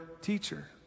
teacher